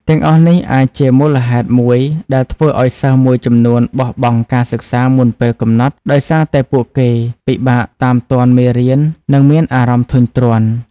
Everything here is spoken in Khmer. ទាំងអស់នេះអាចជាមូលហេតុមួយដែលធ្វើឱ្យសិស្សមួយចំនួនបោះបង់ការសិក្សាមុនពេលកំណត់ ដោយសារតែពួកគេពិបាកតាមទាន់មេរៀននិងមានអារម្មណ៍ធុញទ្រាន់។